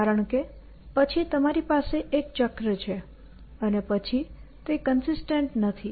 કારણ કે પછી તમારી પાસે એક ચક્ર છે અને પછી તે કન્સિસ્ટન્ટ નથી